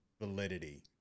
validity